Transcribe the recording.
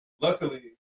Luckily